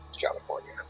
California